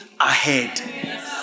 ahead